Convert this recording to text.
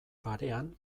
parean